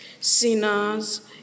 sinners